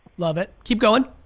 love it, keep going.